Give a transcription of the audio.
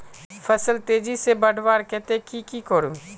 फल तेजी से बढ़वार केते की की करूम?